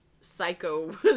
psycho